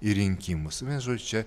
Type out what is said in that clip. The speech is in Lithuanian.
į rinkimus vienu žodžiu čia